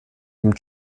dem